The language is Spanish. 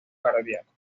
cardíaco